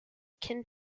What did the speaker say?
akin